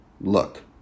Look